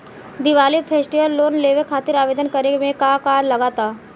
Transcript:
Diwali festival loan लेवे खातिर आवेदन करे म का का लगा तऽ?